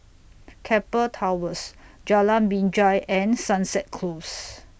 Keppel Towers Jalan Binjai and Sunset Close